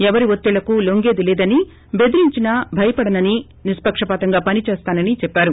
ఎవరి ఒత్తిళ్చకు లోంగేది లేదని బెదిరించినా భయపడనని నిస్సక పాతంగా పని చేస్తానని చెప్పారు